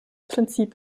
prinzip